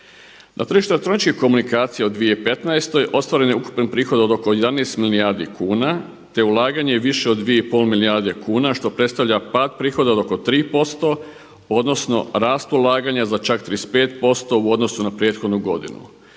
Na tržište elektroničkih komunikacija u 2015. ostvaren je ukupni prihod od oko 11 milijardi kuna, te ulaganje više od 2 i pol milijarde kuna što predstavlja pad prihoda od oko 3% odnosno rast ulaganja za čak 35% u odnosu na prethodnu godinu.